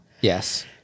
yes